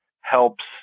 helps